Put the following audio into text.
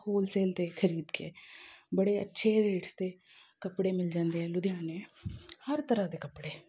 wholesale 'ਤੇ ਖਰੀਦ ਕੇ ਬੜੇ ਅੱਛੇ ਰੇਟਸ 'ਤੇ ਕੱਪੜੇ ਮਿਲ ਜਾਂਦੇ ਆ ਲੁਧਿਆਣੇ ਹਰ ਤਰ੍ਹਾਂ ਦੇ ਕੱਪੜੇ